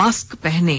mask पहनें